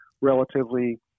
relatively